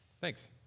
Thanks